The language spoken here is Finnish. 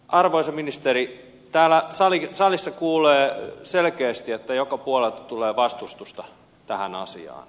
arvoisa ministeri täällä salissa kuulee selkeästi että joka puolelta tulee vastustusta tähän asiaan